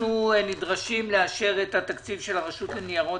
אנחנו נדרשים לאשר את התקציב של הרשות לניירות